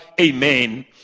amen